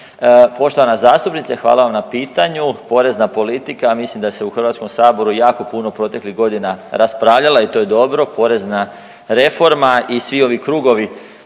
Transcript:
Poštovana zastupnice hvala vam na pitanju. Porezna politika mislim da se u Hrvatskom saboru jako proteklih godina raspravljala i to je dobro, porezna reforma i svi ovi krugovi